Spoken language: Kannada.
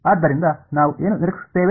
ಆದ್ದರಿಂದ ನಾವು ಏನು ನಿರೀಕ್ಷಿಸುತ್ತೇವೆ